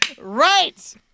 right